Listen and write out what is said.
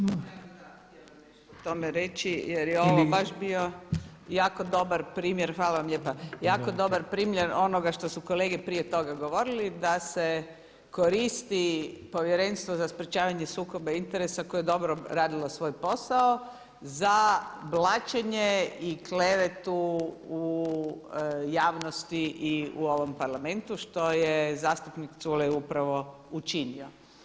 o tome reći jer je ovo baš bio jako dobar primjer, hvala vam lijepa, jako dobar primjer onoga što su kolege prije toga govorili da se koristi Povjerenstvo za sprječavanje sukoba interesa koje je dobro radilo svoj posao za blaćenje i klevetu u javnosti i u ovom Parlamentu što je zastupnik Culej upravo učinio.